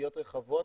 ותשתיות רחבות